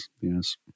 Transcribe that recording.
yes